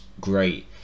great